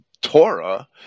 Torah